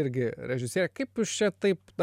irgi režisierė kaip jūs čia taip na